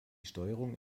steuerung